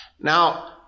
Now